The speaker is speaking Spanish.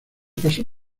pasó